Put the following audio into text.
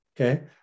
Okay